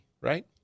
right